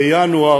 בינואר